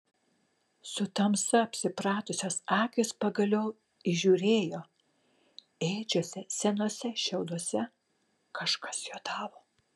su tamsa apsipratusios akys pagaliau įžiūrėjo ėdžiose senuose šiauduose kažkas juodavo